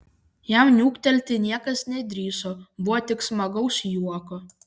jam niuktelti niekas nedrįso buvo tik smagaus juoko